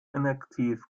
ineffektiv